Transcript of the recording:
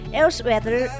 elsewhere